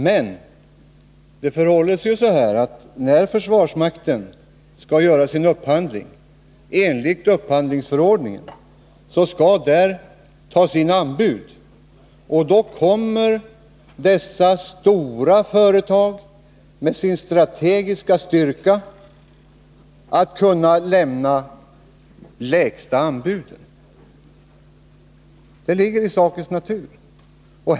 Men det förhåller sig så här, att när försvarsmakten skall göra en upphandling enligt upphandlingsförordningen, så skall det tas in anbud, och då kommer dessa stora företag med sin strategiska styrka att kunna lämna det lägsta anbudet. Det ligger i sakens natur.